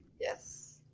Yes